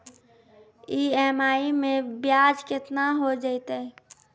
EMI मैं ब्याज केतना हो जयतै?